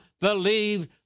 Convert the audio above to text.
believe